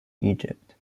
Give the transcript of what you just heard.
egypt